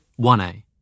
1A